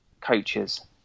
coaches